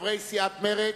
סיעת מרצ,